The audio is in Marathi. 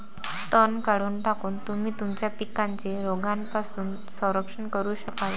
तण काढून टाकून, तुम्ही तुमच्या पिकांचे रोगांपासून संरक्षण करू शकाल